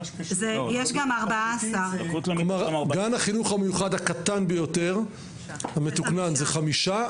גם 14. גם החינוך המיוחד הקטן ביותר המתוקנן זה חמישה,